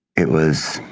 it was